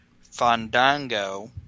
Fandango